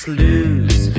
lose